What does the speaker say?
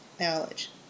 knowledge